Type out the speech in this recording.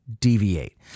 deviate